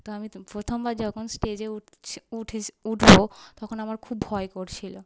তো আমি প্রথমবার যখন স্টেজে উঠছি উঠে উঠবো তখন আমার খুব ভয় করছিল